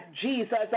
Jesus